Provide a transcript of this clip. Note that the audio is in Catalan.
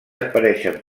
apareixen